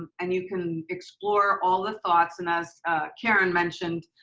and you can explore all the thoughts and as karen mentioned,